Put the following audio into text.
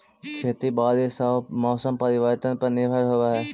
खेती बारिश आऊ मौसम परिवर्तन पर निर्भर होव हई